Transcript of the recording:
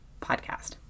podcast